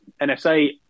NSA